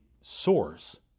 source